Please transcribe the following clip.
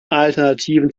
alternativen